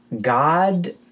God